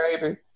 baby